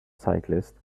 cyclists